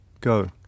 Go